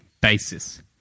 basis